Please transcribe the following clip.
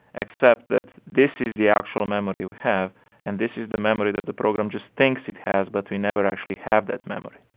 except that this is the actual memory we have and this is the memory that the program just thinks it has, but we never actually have that memory.